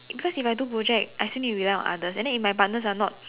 cause if I do project I still need to rely on others and then if my partners are not